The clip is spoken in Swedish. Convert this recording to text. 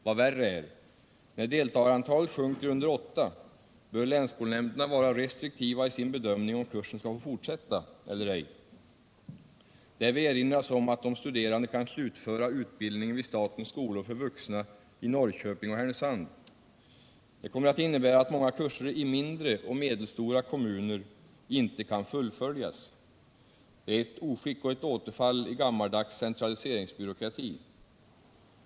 Vad värre är: När deltagarantalet sjunker under 8 bör länsskolnämnderna vara restriktiva i sin bedömning om kursen skall få fortsätta eller ej. Därvid erinras om att de studerande kan slutföra utbildningen vid statens skolor för vuxna i Norrköping och Härnösand. Det kommer att innebära att många kurser i mindre och medelstora kommuner inte kan fullföljas. Detta är ett oskick och ett återfall i gammaldags centraliseringsbyråkrati.